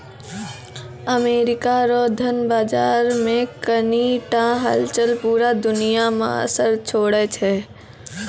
America रो धन बाजार मे कनी टा हलचल पूरा दुनिया मे असर छोड़ै छै